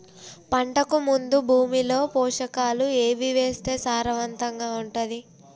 పంటకు ముందు భూమిలో పోషకాలు ఏవి వేస్తే సారవంతంగా ఉంటది?